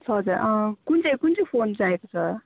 छः हजार कुन चाहिँ कुन चाहिँ फोन चाहिएको छ